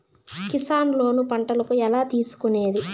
Kisan loan పంటలకు ఎలా తీసుకొనేది?